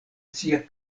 sia